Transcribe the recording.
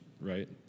right